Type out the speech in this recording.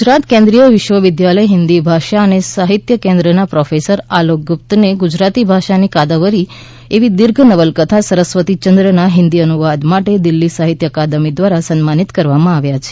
ગુજરાત કેન્દ્રીય વિદ્યાવિદ્યાલય હિન્દી ભાષા અને સાહિત્ય કેન્દ્રના પ્રોફેસર આલોક ગુપ્તને ગુજરાતી ભાષાની કાદંવરી એવી દીર્ઘ નવલકથા સરસ્વતી ચંદ્રના હિન્દી અનુવાદ માટે દિલ્હી સાહિત્ય અકાદમી દ્વારા સન્માનિત કરવામાં આવ્યા છે